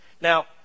Now